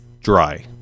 dry